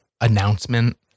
announcement